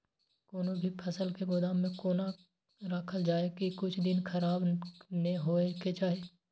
कोनो भी फसल के गोदाम में कोना राखल जाय की कुछ दिन खराब ने होय के चाही?